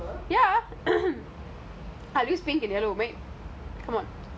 the pink give me the white are you sure